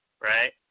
Right